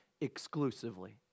exclusively